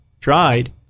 Tried